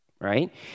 right